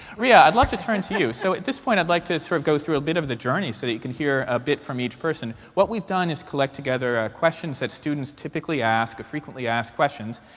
rhea, i'd like to turn to you. so at this point, i'd like to sort of go through a bit of the journey so that you can hear a bit from each person. what we've done is collect together questions that students typically ask frequently asked questions.